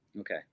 Okay